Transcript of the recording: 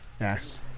yes